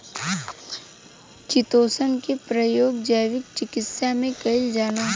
chitosan के प्रयोग जैव चिकित्सा में कईल जाला